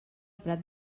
prat